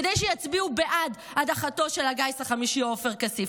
כדי שיצביעו בעד הדחתו של הגיס החמישי עופר כסיף.